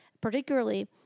particularly